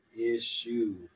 issue